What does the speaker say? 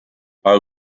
are